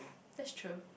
that's true